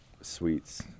suites